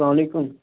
سلام علیکُم